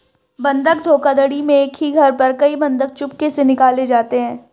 बंधक धोखाधड़ी में एक ही घर पर कई बंधक चुपके से निकाले जाते हैं